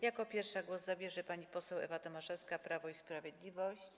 Jako pierwsza głos zabierze pani poseł Ewa Tomaszewska, Prawo i Sprawiedliwość.